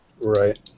Right